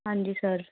ਹਾਂਜੀ ਸਰ